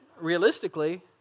realistically